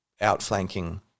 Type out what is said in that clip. outflanking